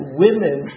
women